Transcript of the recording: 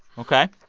ok?